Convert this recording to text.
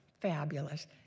Fabulous